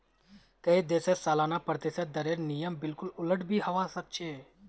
कई देशत सालाना प्रतिशत दरेर नियम बिल्कुल उलट भी हवा सक छे